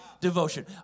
devotion